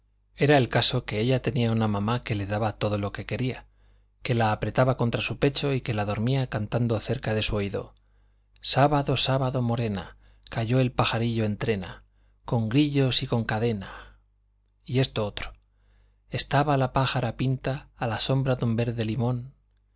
era el caso que ella tenía una mamá que le daba todo lo que quería que la apretaba contra su pecho y que la dormía cantando cerca de su oído sábado sábado morena cayó el pajarillo en trena con grillos y con cadenaaa y esto otro estaba la pájara pinta a la sombra de un verde limón